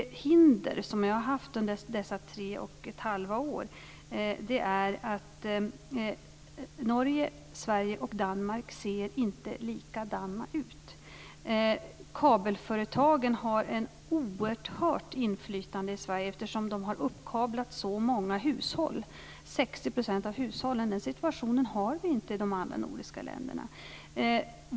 Det hinder som jag har haft under dessa tre och ett halvt år är att Norge, Sverige och Danmark inte ser likadana ut på detta område. Kabelföretagen har i Sverige ett oerhört inflytande, eftersom de har kablat upp så många hushåll - 60 % av hushållen. Den situationen har vi inte i de andra nordiska länderna.